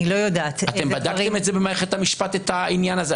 אני לא יודעת איזה דברים --- האם בדקתם במערכת המשפט את העניין הזה?